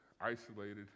isolated